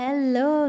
Hello